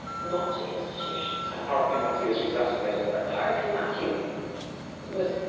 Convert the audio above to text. not institutions. and hurricane matthew has exacerbated that. hurricane matthew was,